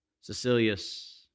Cecilius